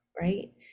right